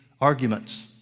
arguments